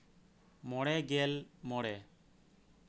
ᱢᱚᱬᱮ ᱜᱮᱞ ᱢᱚᱬᱮ